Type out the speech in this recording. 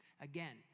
Again